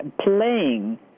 playing